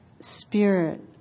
spirit